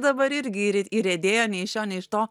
dabar irgi iri įriedėjo nei iš šio nei iš to